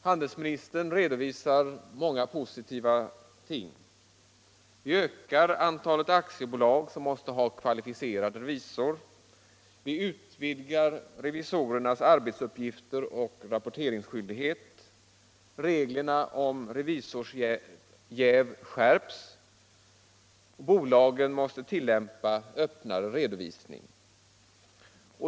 Handelsministern redovisade många positiva ting: vi ökar antalet aktiebolag som måste ha kvalificerad revisor, vi utvidgar revisorernas arbetsuppgifter och rapporteringsskyldighet, reglerna om revisorsjäv skärps och bolagen måste tillämpa öppnare redovisning.